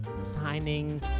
Signing